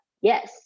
Yes